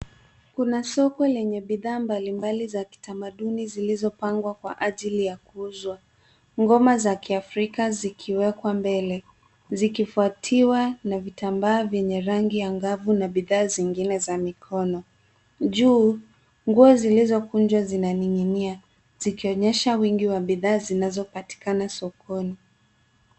Kuna soko yenye bidhaa mbalimbali za kitamaduni zilizopangwa kwa ajili ya kuuzwa. Ngoma za kiafrika zikiwekwa mbele, zikifuatiwa na vitambaa vyenye rangi angavu na bidhaa zingine za mikono. Juu nguo zilizokunjwa zinaning'inia zikionyesha wingi wa bidhaa zinazopatikana sokoni.